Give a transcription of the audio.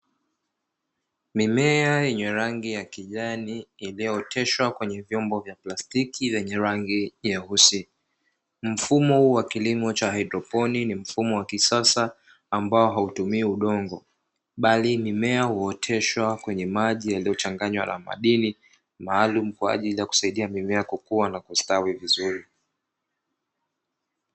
Mimea yenye rangi ya kijani, iliyooteshwa kwenye vyombo vya plastiki vyenye rangi nyeusi. Mfumo huu wa kilimo cha haidroponi ni mfumo wa kisasa ambao hautumii udongo, bali mimea huoteshwa kwenye maji yaliyochanganywa na madini maalumu, kwa ajili ya kusaidia mimea kukua na kustawi vizuri.